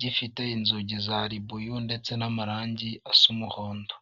gifite inzugi za ribuyu ndetse n'amarangi asa umuhondo.